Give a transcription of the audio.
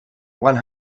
one